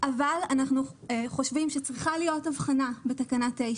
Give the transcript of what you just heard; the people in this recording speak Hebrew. אבל אנחנו חושבים שצריכה להיות הבחנה בתקנה 9